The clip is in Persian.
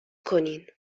کنین